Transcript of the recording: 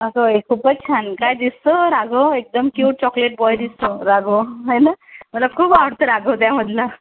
अगं खूपच छान काय दिसतो राघव एकदम क्युट चॉकलेट बॉय दिसतो राघव आहे ना मला खूप आवडतो राघव त्यामधला